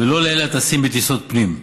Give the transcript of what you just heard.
ולא לאלה הטסים בטיסות פנים.